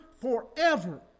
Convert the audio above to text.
forever